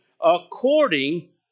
according